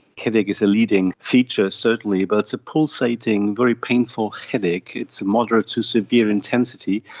headache is a leading feature certainly, but it's a pulsating very painful headache, it's a moderate to severe intensity,